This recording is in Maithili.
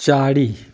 चारि